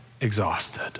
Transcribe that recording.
exhausted